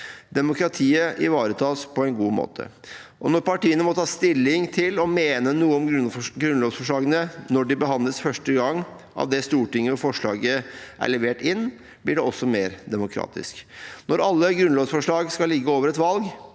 Demokratiet ivaretas på en god måte. Når partiene må ta stilling til og mene noe om grunnlovsforslagene når de behandles første gang av det Stortinget forslaget er levert inn av, blir det også mer demokratisk. Når alle grunnlovsforslag skal ligge over et valg,